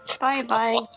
Bye-bye